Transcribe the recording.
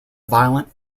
violent